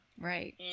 Right